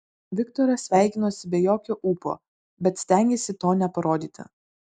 viktoras sveikinosi be jokio ūpo bet stengėsi to neparodyti